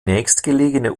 nächstgelegene